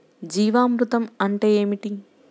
జీవామృతం అంటే ఏమిటి?